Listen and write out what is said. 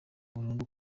burundu